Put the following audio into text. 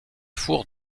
fours